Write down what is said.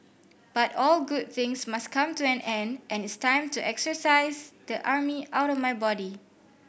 but all good things must come to an end and it's time to exercise the army outta my body